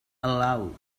allowed